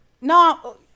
No